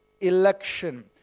election